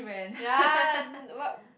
ya and what